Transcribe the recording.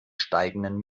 steigenden